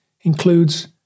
includes